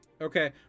Okay